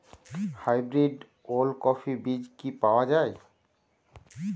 Hybrid ওলকফি বীজ কি পাওয়া য়ায়?